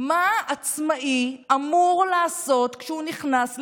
מה עצמאי אמור לעשות כשהוא נכנס לבידוד?